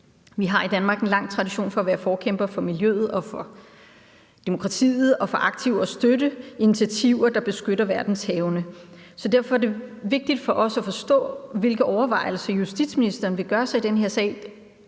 Vi har i Danmark en lang tradition for at være forkæmpere for miljøet, for demokratiet og for aktivt at støtte initiativer, der beskytter verdenshavene. Derfor er det vigtigt for os at forstå, hvilke overvejelser justitsministeren vil gøre sig i den her sag,